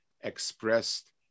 expressed